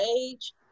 age